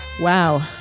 Wow